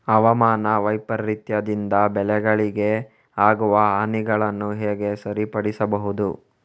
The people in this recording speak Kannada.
ಹವಾಮಾನ ವೈಪರೀತ್ಯದಿಂದ ಬೆಳೆಗಳಿಗೆ ಆಗುವ ಹಾನಿಗಳನ್ನು ಹೇಗೆ ಸರಿಪಡಿಸಬಹುದು?